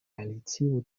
alicio